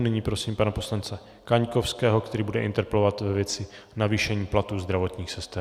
Nyní prosím pana poslance Kaňkovského, který bude interpelovat ve věci navýšení platů zdravotních sester.